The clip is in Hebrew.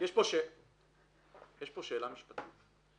יש פה שאלה משפטית: